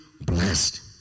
blessed